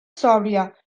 sòbria